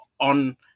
on